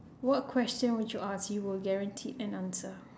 what question would you ask you will guarantee an answer